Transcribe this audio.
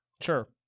sure